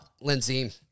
Lindsey